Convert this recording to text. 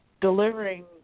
delivering